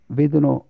vedono